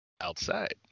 outside